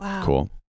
Cool